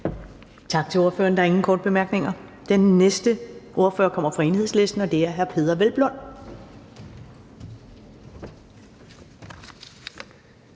Tak til ordføreren. Der er ingen korte bemærkninger. Den næste ordfører kommer fra Enhedslisten, og det er hr. Peder Hvelplund.